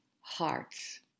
hearts